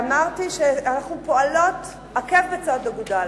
ואמרתי שאנחנו פועלות עקב בצד אגודל.